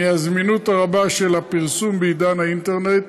מהזמינות הרבה של הפרסום בעידן האינטרנט,